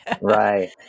Right